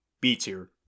B-Tier